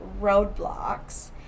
Roadblocks